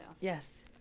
Yes